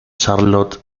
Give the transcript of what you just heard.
charlot